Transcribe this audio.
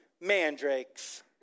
mandrakes